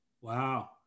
Wow